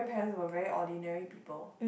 grandparents we were very ordinary people